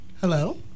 Hello